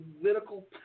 political